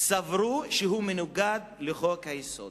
סברו שהוא מנוגד לחוק-היסוד.